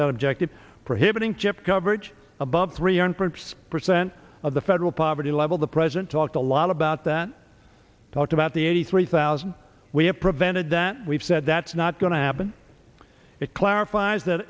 that objective prohibiting chip coverage above three hundred prints percent of the federal poverty level the president talked a lot about that talked about the eighty three thousand we have prevented that we've said that's not going to happen it clarifies that